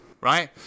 right